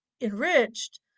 enriched